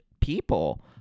people